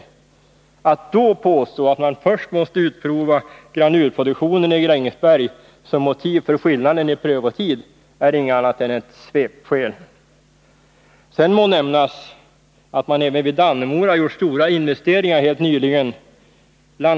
Att då som motiv för skillnaden i prövotid påstå att man först måste utprova granulproduktionen i Grängesberg är inget annat än ett svepskäl. Sedan må nämnas att man även vid Dannemora gjort stora investeringar helt nyligen. Bl.